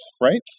right